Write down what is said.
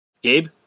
Gabe